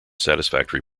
satisfactory